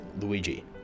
Luigi